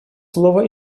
слово